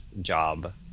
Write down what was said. job